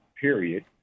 period